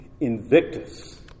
Invictus